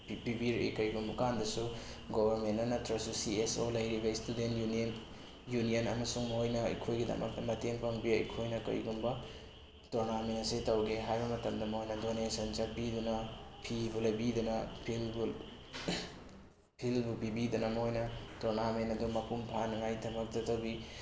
ꯄꯤꯕꯤꯔꯛꯏ ꯀꯩꯒꯨꯝꯕ ꯀꯥꯟꯗꯁꯨ ꯒꯣꯕꯔꯃꯦꯟꯅ ꯅꯠꯇ꯭ꯔꯁꯨ ꯁꯤ ꯑꯦꯁ ꯑꯣ ꯂꯩꯔꯤꯕ ꯏꯁꯇꯨꯗꯦꯟ ꯌꯨꯅꯤꯌꯟ ꯑꯃꯁꯨꯡ ꯃꯣꯏꯅ ꯑꯩꯈꯣꯏꯒꯤꯗꯃꯛꯇ ꯃꯇꯦꯡ ꯄꯥꯡꯕꯤꯔꯛꯏ ꯑꯩꯈꯣꯏꯅ ꯀꯩꯒꯨꯝꯕ ꯇꯣꯔꯅꯥꯃꯦꯟ ꯑꯁꯤ ꯇꯧꯒꯦ ꯍꯥꯏꯕ ꯃꯇꯝꯗ ꯃꯣꯏꯅ ꯗꯣꯅꯦꯁꯟ ꯆꯠꯄꯤꯗꯅ ꯐꯤꯕꯨ ꯂꯩꯕꯤꯗꯅ ꯐꯤꯜꯕꯨ ꯐꯤꯜꯕꯨ ꯄꯤꯕꯤꯗꯅ ꯃꯣꯏꯅ ꯇꯣꯔꯅꯥꯃꯦꯟ ꯑꯗꯨ ꯃꯄꯨꯡ ꯐꯥꯅꯉꯥꯏꯗꯃꯛꯇ ꯇꯧꯕꯤ